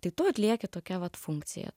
tai tu atlieki tokią vat funkciją